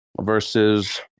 versus